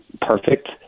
perfect